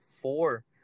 four